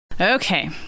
Okay